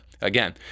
again